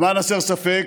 למען הסר ספק,